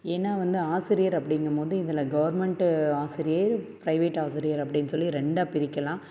ஏன்னால் வந்து ஆசிரியர் அப்படிங்கும்போது இதில் கவர்மெண்ட்டு ஆசிரியர் பிரைவேட் ஆசிரியர் அப்படின்னு சொல்லி ரெண்டாக பிரிக்கலாம்